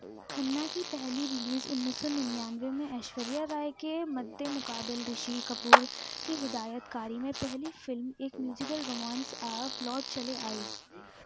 کھنہ کی پہلی ریلیز انیس سو ننیانوے میں ایشوریا رائے کے مدمقابل رشی کپور کی ہدایت کاری میں پہلی فلم ایک میوزیکل رومانس آ اب لوٹ چلیں آئی